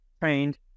trained